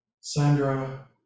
Sandra